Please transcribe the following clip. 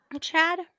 chad